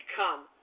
come